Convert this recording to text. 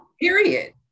Period